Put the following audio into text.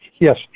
Yes